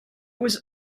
was